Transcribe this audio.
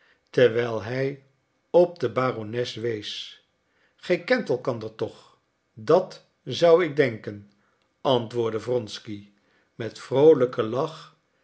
terwijl hij op de barones wees gij kent elkander toch dat zou ik denken antwoordde wronsky met vroolijken lach